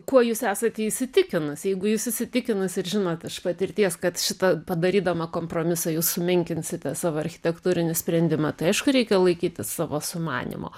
kuo jūs esate įsitikinus jeigu jūs įsitikinus ir žinot iš patirties kad šitą padarydama kompromisą jūsų sumenkinsite savo architektūrinį sprendimą tai aišku ka reikia laikytis savo sumanymo